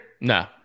No